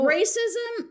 racism